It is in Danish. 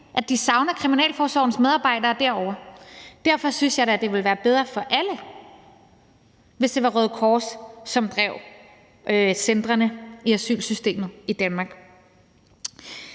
at de savner kriminalforsorgens medarbejdere derovre. Derfor synes jeg da, det ville være bedre for alle, hvis det var Røde Kors, som drev centrene i asylsystemet i Danmark.